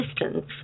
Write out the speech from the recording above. distance